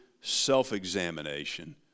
self-examination